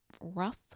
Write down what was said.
rough